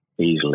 easily